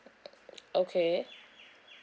okay